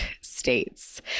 states